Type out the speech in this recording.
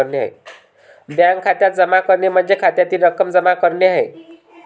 bank खात्यात जमा करणे म्हणजे खात्यातील रक्कम जमा करणे आहे